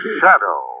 shadow